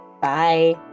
bye